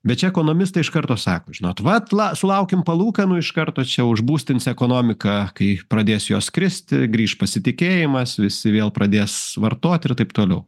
bet čia ekonomistai iš karto sako žinot vat la sulaukėm palūkanų iš karto čia užbūstins ekonomiką kai pradės jos kristi grįš pasitikėjimas visi vėl pradės vartot ir taip toliau